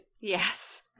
Yes